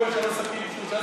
פה יש שלושה סכינים.